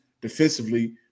defensively